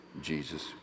Jesus